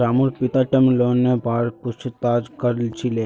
रामूर पिता टर्म लोनेर बार पूछताछ कर छिले